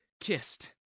kissed